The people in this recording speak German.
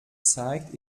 zeigt